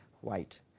White